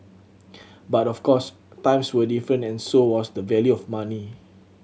but of course times were different and so was the value of money